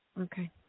Okay